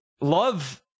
love